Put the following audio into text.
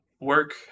Work